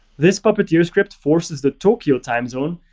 this puppeteer script forces the tokyo time zone,